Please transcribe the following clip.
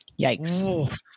Yikes